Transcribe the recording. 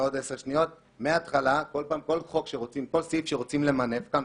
כל סעיף שרוצים למנף פה,